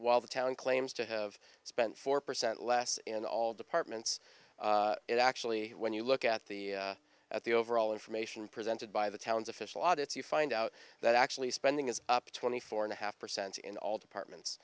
while the town claims to have spent four percent less in all departments it actually when you look at the at the overall information presented by the town's official audits you find out that actually spending is up twenty four and a half percent in all departments